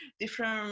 different